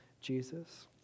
Jesus